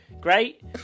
Great